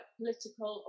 political